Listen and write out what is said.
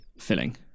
filling